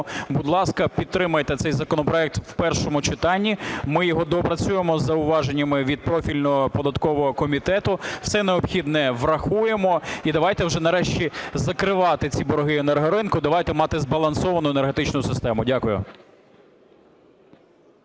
будь ласка, підтримайте цей законопроект у першому читанні. Ми його доопрацюємо з зауваженнями від профільного податкового комітету, все необхідне врахуємо. І давайте вже нарешті закривати ці борги енергоринку, давайте мати збалансовану енергетичну систему. Дякую.